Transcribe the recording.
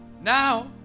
Now